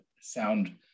sound